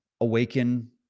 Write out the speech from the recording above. awaken